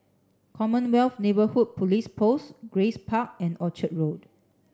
Commonwealth Neighbourhood Police Post Grace Park and Orchard Road